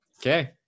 Okay